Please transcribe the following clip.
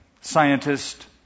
scientist